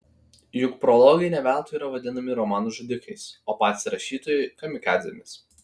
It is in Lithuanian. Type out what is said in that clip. juk prologai ne veltui yra vadinami romanų žudikais o patys rašytojai kamikadzėmis